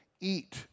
eat